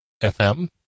FM